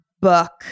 Book